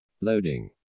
Loading